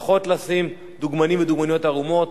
פחות לשים דוגמנים ודוגמניות עירומים,